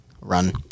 run